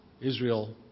Israel